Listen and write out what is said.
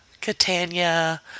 Catania